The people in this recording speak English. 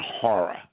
horror